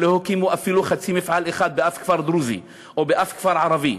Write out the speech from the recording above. ולא הקימו אפילו חצי מפעל אחד באף כפר דרוזי ובאף כפר ערבי.